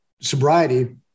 sobriety